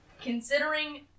considering